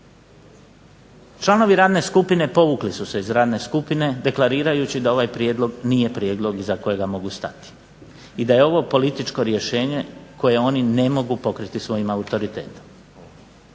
Članovi radne skupine povukli su se iz radne skupine deklarirajući da je ovaj prijedlog nije prijedlog iza kojega mogu stati i da je ovo političko rješenje koje oni ne mogu pokriti svojim autoritetom.